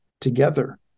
together